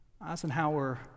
Eisenhower